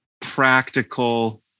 practical